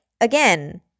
again